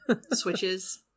switches